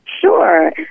Sure